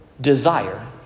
desire